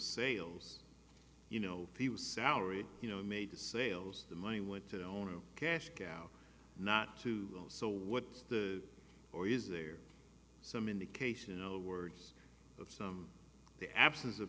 sales you know he was salary you know made the sales the money went to the owner of cash cows not to go so what's the or is there some indication of the words of some the absence of